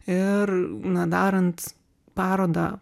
ir na darant parodą